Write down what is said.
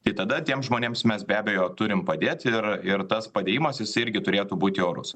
tai tada tiems žmonėms mes be abejo turim padėt ir ir tas padėjimas irgi turėtų būti orus